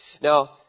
Now